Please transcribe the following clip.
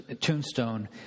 tombstone